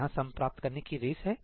यहां सम प्राप्त करने की रेस है